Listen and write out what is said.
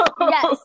yes